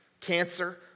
cancer